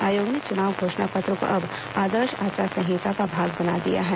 आयोग ने चुनाव घोषणा पत्र को अब आदर्श आचार संहिता का भाग बना दिया है